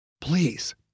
Please